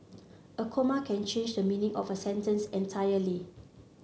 a comma can change the meaning of a sentence entirely